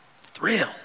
thrill